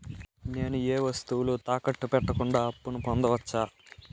నేను ఏ వస్తువులు తాకట్టు పెట్టకుండా అప్పును పొందవచ్చా?